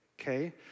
okay